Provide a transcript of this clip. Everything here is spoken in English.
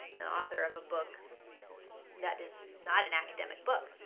an author of a book that is not an academic book.